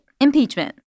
impeachment